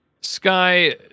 sky